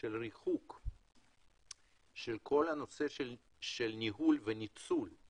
של ריחוק של כל הנשוא של ניהול של